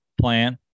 plan